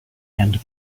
and